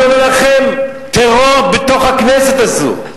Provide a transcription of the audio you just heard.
אני אומר לכם, טרור בתוך הכנסת הזו.